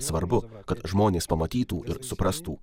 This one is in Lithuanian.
svarbu kad žmonės pamatytų ir suprastų